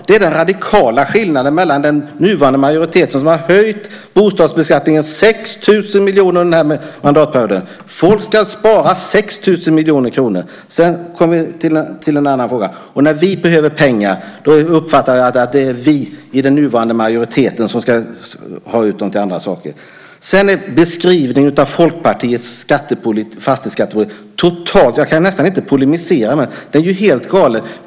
Det är den radikala skillnaden jämfört med den nuvarande majoriteten, som har höjt bostadsbeskattningen, 6 000 miljoner under den här mandatperioden. Folk ska spara 6 000 miljoner kronor. Sedan kommer jag till en annan fråga. När man säger "vi behöver pengar" uppfattar jag att det är "vi" i den nuvarande majoriteten som ska ha dem till andra saker. Sedan gäller det beskrivningen av Folkpartiets fastighetsskattepolitik. Jag kan nästan inte polemisera mot dig. Den är ju helt galen.